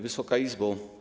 Wysoka Izbo!